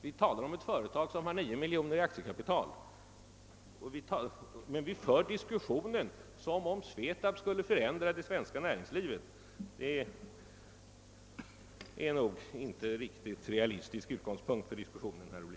Vi talar om ett företag som har 9 miljoner kronor i aktiekapital, men vi för diskussionen som om SVETAB skulle förändra det svenska näringslivet. Det är nog inte en riktigt realistisk utgångspunkt för diskussionen, herr Ohlin.